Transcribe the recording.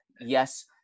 yes